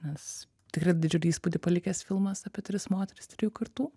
nes tikrai didžiulį įspūdį palikęs filmas apie tris moteris trijų kartų